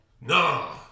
Nah